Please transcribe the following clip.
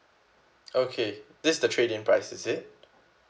okay this the trade in price is it